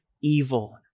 evil